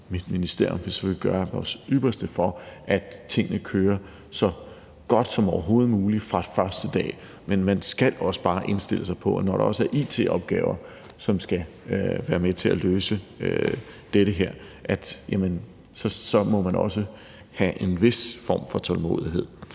mit ministerium selvfølgelig vil gøre det ypperste, for at tingene kører så godt som overhovedet muligt fra den første dag. Men man skal også bare indstille sig på, at når der også er it-funktioner, som skal være med til at løse det her, må man også have en vis form for tålmodighed.